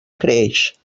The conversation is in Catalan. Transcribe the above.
creix